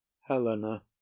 Helena